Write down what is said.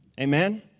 Amen